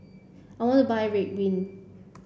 I want to buy Ridwind